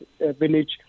Village